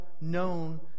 known